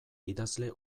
idazle